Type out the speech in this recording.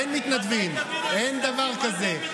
אין מתנדבים, אין דבר כזה.